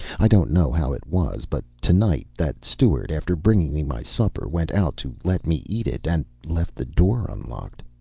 i don't know how it was, but tonight that steward, after bringing me my supper, went out to let me eat it, and left the door unlocked.